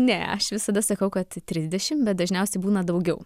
ne aš visada sakau kad trisdešimt bet dažniausiai būna daugiau